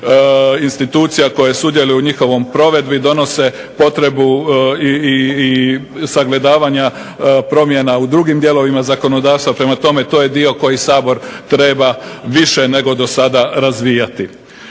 institucija koje sudjeluju u njihovoj provedbi, donose potrebu i sagledavanja promjena u drugim dijelovima zakonodavstva. Prema tome, to je dio koji Sabor treba više nego do sada razvijati.